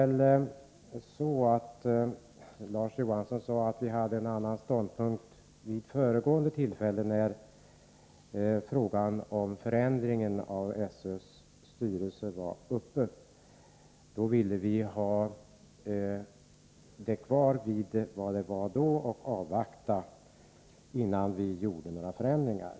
Larz Johansson sade att vi hade en annan ståndpunkt vid föregående tillfälle, när frågan om en förändring av SÖ:s styrelse var uppe, då vi ville ha styrelsen kvar som den var och avvakta, innan vi vidtog några förändringar.